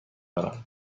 دارم